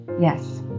Yes